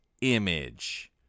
image